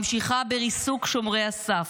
ממשיכה בריסוק שומרי הסף,